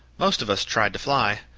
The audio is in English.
most of us tried to fly,